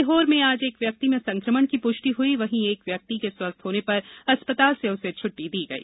सीहोर में आज एक व्यक्ति में संकमण की पुष्टि हुई वहीं एक व्यक्ति के स्वस्थ होने पर अस्पताल से छट्टी दी गई